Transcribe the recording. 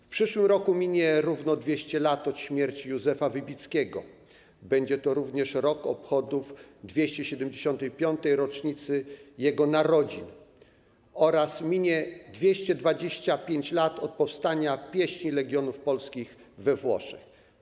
W przyszłym roku minie równo 200 lat od śmierci Józefa Wybickiego, będzie to również rok obchodów 275. rocznicy jego urodzin oraz minie 225 lat od powstania „Pieśni Legionów Polskich we Włoszech”